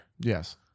Yes